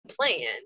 plan